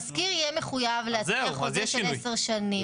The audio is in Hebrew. המשכיר יהיה חייב להציע חוזה ל 10 שנים.